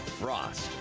frost,